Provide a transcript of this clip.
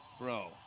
Bro